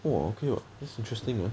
!wah! okay [what] that's interesting ah